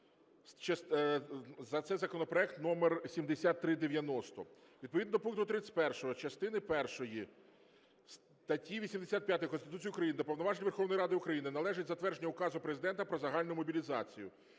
Це законопроект номер 7390. Відповідно до пункту 31 частини першої статті 85 Конституції України до повноважень Верховної Ради України належить затвердження Указу Президента "Про загальну мобілізацію".